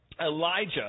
Elijah